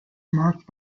marked